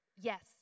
Yes